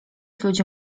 ludzie